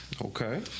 Okay